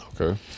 Okay